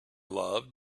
loved